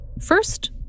First